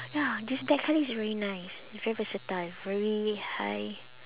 ya this black colour is very nice very versatile very high